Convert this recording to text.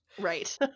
right